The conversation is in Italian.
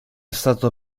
stato